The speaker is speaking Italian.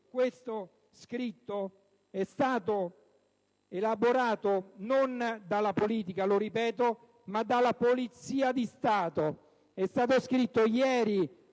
questo scritto è stato elaborato non dalla politica ‑ lo ripeto ‑ ma dalla Polizia di Stato. È stato scritto ieri